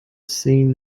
seen